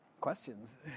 Questions